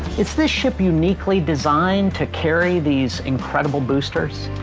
is this ship uniquely designed to carry these incredible boosters?